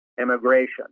immigration